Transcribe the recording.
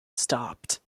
stopped